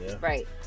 right